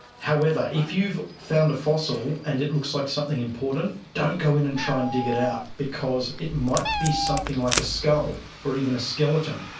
however, if you've found a fossil and it looks like something important, don't go in and try and dig it out because it might be something like a skull or even a skeleton,